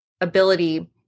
ability